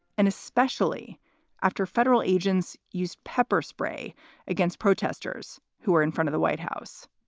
and especially after federal agents used pepper spray against protesters who were in front of the white house.